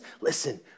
listen